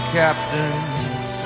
captains